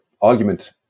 argument